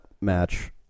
match